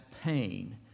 pain